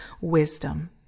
wisdom